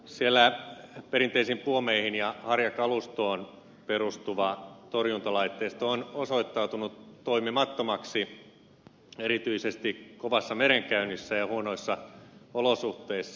siellä perinteisiin puomeihin ja harjakalustoon perustuva torjuntalaitteisto on osoittautunut toimimattomaksi erityisesti kovassa merenkäynnissä ja huonoissa olosuhteissa